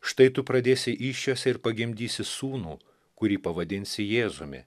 štai tu pradėsi įsčiose ir pagimdysi sūnų kurį pavadinsi jėzumi